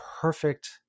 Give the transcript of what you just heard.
perfect